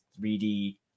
3d